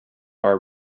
are